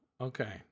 Okay